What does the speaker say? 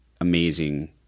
amazing